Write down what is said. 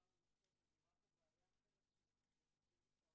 מצלמות ואם זה מחובר